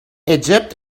egypt